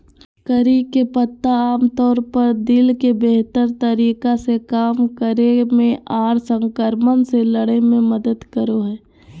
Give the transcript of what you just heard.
करी के पत्ता आमतौर पर दिल के बेहतर तरीका से काम करे मे आर संक्रमण से लड़े मे मदद करो हय